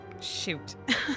Shoot